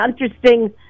interesting